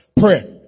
Prayer